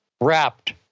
wrapped